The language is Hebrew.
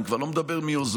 אני כבר לא מדבר מיוזמתו,